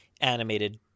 animated